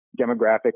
demographic